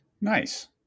Nice